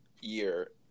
year